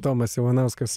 tomas ivanauskas